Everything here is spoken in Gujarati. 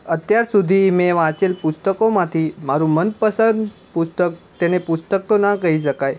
અત્યાર સુધી મેં વાંચેલા પુસ્તકોમાંથી મારૂં મનપસંદ પુસ્તક તેને પુસ્તક તો ના કહી શકાય